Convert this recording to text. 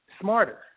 smarter